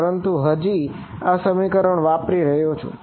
પરંતુ હું હજી પણ આ સમીકરણ વાપરી રહયો છું